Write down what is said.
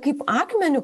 kaip akmeniu